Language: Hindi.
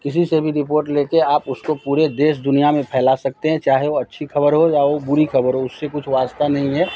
किसी से भी रिपोट ले के आप उसको पुरे देश दुनिया में फैला सकते हैं चाहे वो अच्छी ख़बर हो या वो बुरी ख़बर हो उससे कुछ वास्ता नहीं है